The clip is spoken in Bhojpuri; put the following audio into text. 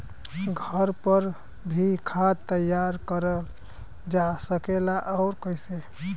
घर पर भी खाद तैयार करल जा सकेला और कैसे?